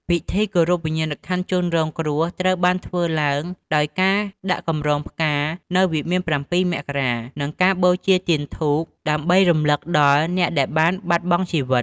ពិធីគោរពវិញ្ញាណក្ខន្ធជនរងគ្រោះត្រូវបានធ្វើឡើងដោយការដាក់កម្រងផ្កានៅវិមាន៧ មករា និងការបូជាទៀនធូប ដើម្បីរំឭកដល់អ្នកដែលបានបាត់បង់ជីវិត។